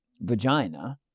vagina